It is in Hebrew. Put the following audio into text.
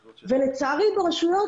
ולצערי, ברשויות